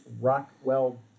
Rockwell